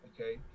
Okay